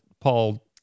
Paul